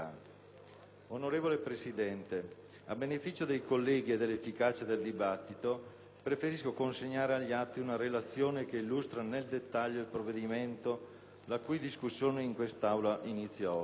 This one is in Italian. Onorevole Presidente, a beneficio dei colleghi e dell'efficacia del dibattito, preferisco consegnare agli atti una relazione che illustra nel dettaglio il provvedimento la cui discussione in quest'Aula inizia oggi.